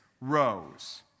rose